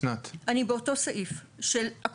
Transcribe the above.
לאיזה סעיף את מתייחסת עכשיו, אסנת?